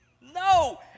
No